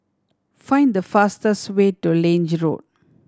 find the fastest way to Lange Road